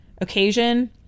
occasion